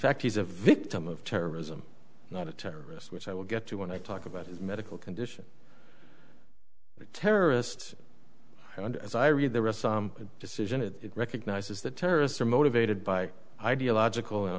fact he's a victim of terrorism not a terrorist which i will get to when i talk about his medical condition terrorists and as i read the rest decision it recognizes that terrorists are motivated by ideological and